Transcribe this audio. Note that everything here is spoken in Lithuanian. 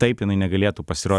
taip jinai negalėtų pasiro